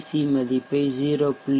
C மதிப்பை 0